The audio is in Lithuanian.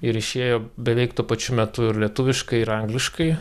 ir išėjo beveik tuo pačiu metu ir lietuviškai ir angliškai